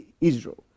Israel